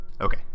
Okay